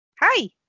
Hi